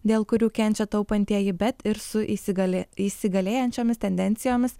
dėl kurių kenčia taupantieji bet ir su įsigali įsigaliojančiomis tendencijomis